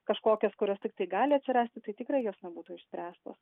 kažkokios kurios tiktai gali atsirasti tai tikrai jos nebūtų išspręstos